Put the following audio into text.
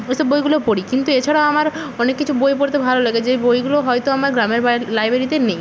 ওসব বইগুলো পড়ি কিন্তু এছাড়াও আমার অনেক কিছু বই পড়তে ভালো লাগে যেই বইগুলো হয়তো আমার গ্রামের বাড় লাইব্রেরিতে নেই